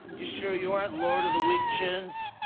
you sure you aren't lord of the weak chins.